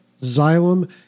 Xylem